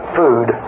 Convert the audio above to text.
food